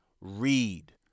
read